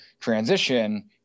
transition